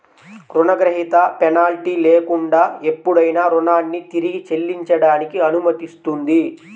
రుణగ్రహీత పెనాల్టీ లేకుండా ఎప్పుడైనా రుణాన్ని తిరిగి చెల్లించడానికి అనుమతిస్తుంది